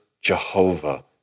Jehovah